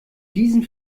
diesen